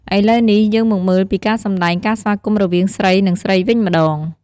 ឥឡូវនេះ យើងមកមើលពីការសម្ដែងការស្វាគមន៍រវាងស្រី និង ស្រីវិញម្ដង។